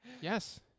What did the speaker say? yes